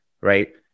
Right